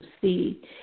see